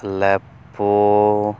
Aleppo